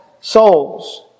souls